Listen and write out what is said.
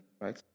right